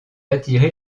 attiré